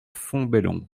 fontbellon